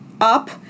up